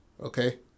Okay